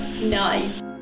nice